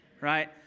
Right